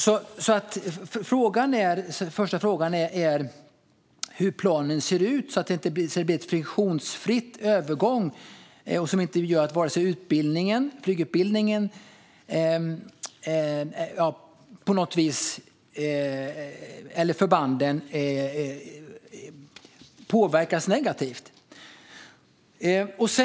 Första frågan är alltså hur planen ser ut för att det ska bli en friktionsfri övergång som gör att varken flygutbildningen eller förbanden på något vis påverkas negativt.